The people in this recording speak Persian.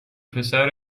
پسر